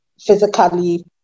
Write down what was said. physically